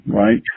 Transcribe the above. right